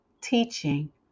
teaching